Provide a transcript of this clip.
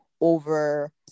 over